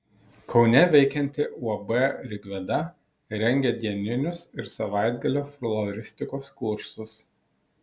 kaune veikianti uab rigveda rengia dieninius ir savaitgalio floristikos kursus